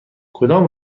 کدام